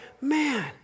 man